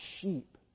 sheep